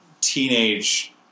teenage